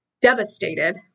devastated